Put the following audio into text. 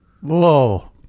whoa